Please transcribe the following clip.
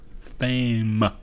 Fame